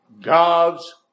God's